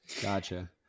Gotcha